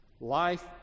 life